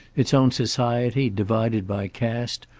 its own society divided by caste,